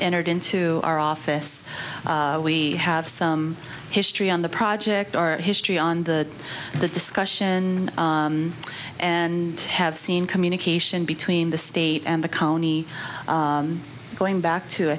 entered into our office we have some history on the project our history on the the discussion and have seen communication between the state and the county going back to i